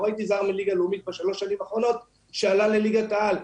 לא ראיתי זר מליגה לאומית בשלוש שנים האחרונות שעלה לליגת העל.